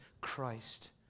Christ